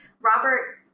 Robert